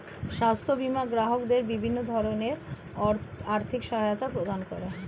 স্বাস্থ্য বীমা গ্রাহকদের বিভিন্ন ধরনের আর্থিক সহায়তা প্রদান করে